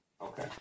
Okay